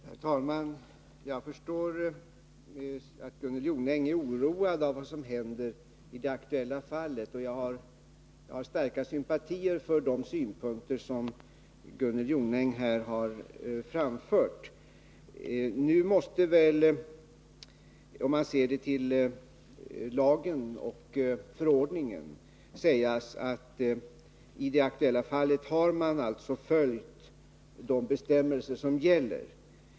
Herr talman! Jag förstår att Gunnel Jonäng är oroad av vad som händer i det aktuella fallet, och jag har starka sympatier för de synpunkter som Gunnel Jonäng här framför. Nu måste väl sägas — om man ser till lagen och förordningen — att man i det aktuella fallet följt de bestämmelser som gäller.